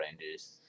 Rangers